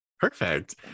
Perfect